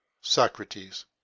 Socrates